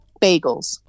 bagels